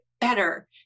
better